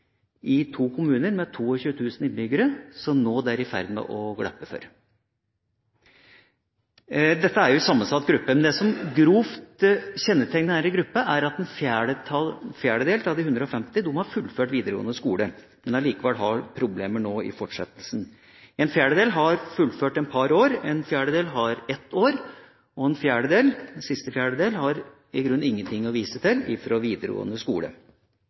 i to kommuner, med 22 000 innbyggere, som det nå er i ferd med å glippe for. Dette er jo en sammensatt gruppe, men det som grovt kjennetegner denne gruppa, er at en fjerdedel av de 150 har fullført videregående skole, men har allikevel problemer nå i fortsettelsen. En fjerdedel har fullført et par år, en fjerdedel har fullført ett år, og en siste fjerdedel har i grunnen ingenting å vise til fra videregående skole.